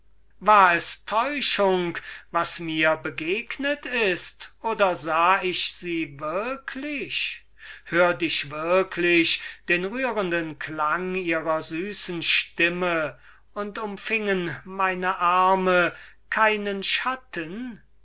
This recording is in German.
war es ein traum was mir begegnet ist oder sah ich sie würklich hört ich würklich den rührenden akzent ihrer süßen stimme und umfingen meine arme keinen schatten